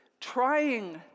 trying